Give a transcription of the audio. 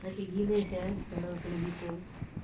sakit gila sia kalau kena bisul